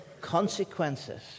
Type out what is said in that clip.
consequences